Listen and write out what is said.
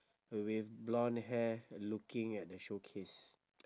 with blonde hair looking at the showcase